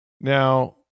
now